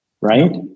right